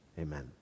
Amen